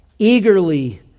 eagerly